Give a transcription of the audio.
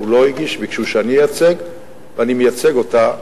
הוא לא הגיש, ביקשו שאני אייצג, ואני מייצג אותה,